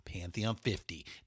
Pantheon50